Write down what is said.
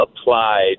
applied